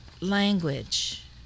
language